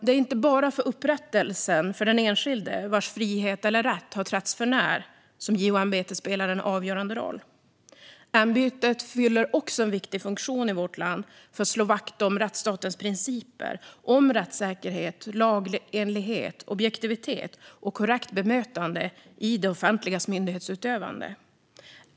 Det är inte bara för upprättelsen av den enskilde vars frihet eller rätt trätts för när som JO-ämbetet spelar en avgörande roll. Ämbetet fyller också en viktig funktion i vårt land för att slå vakt om rättsstatens principer, om rättssäkerhet, lagenlighet, objektivitet och korrekt bemötande i det offentligas myndighetsutövande.